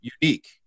unique